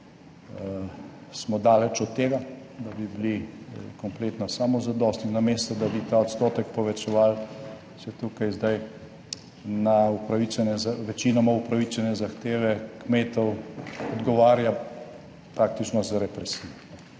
Smo daleč od tega, da bi bili kompletno samozadostni, namesto da bi ta odstotek povečevali, se tukaj zdaj na večinoma upravičene zahteve kmetov odgovarja praktično z represijo.